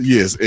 Yes